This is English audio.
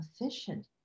efficient